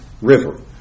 river